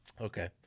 Okay